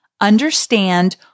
understand